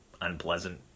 unpleasant